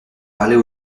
parlait